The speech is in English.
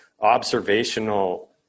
observational